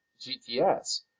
GTS